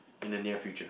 in the near future